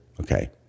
Okay